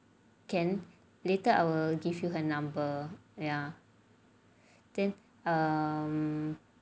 can later I will give you her number ya then um